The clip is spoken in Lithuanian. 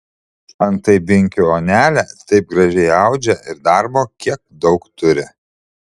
antai binkių onelė taip gražiai audžia ir darbo kiek daug turi